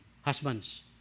husbands